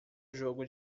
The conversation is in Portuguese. jogo